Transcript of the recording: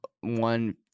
one